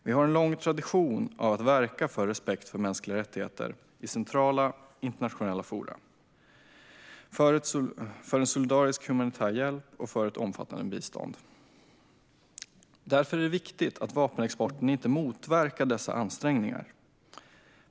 Vi har en lång tradition av att verka för respekt för mänskliga rättigheter i centrala internationella forum, för en solidarisk humanitär hjälp och för ett omfattande bistånd. Därför är det viktigt att vapenexporten inte motverkar dessa ansträngningar.